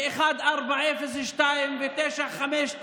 לפני כמה חודשים ראש הממשלה בכבודו ובעצמו,